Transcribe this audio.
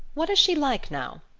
what is she like now?